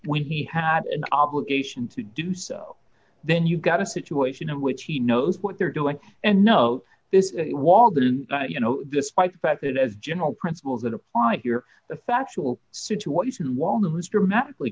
when he had an obligation to do so then you've got a situation in which he knows what they're doing and know this wall didn't you know despite the fact that of general principles that apply here the factual situation while new is dramatically